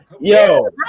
Yo